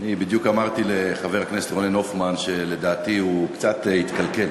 אני בדיוק אמרתי לחבר הכנסת רונן הופמן שלדעתי הוא קצת התקלקל.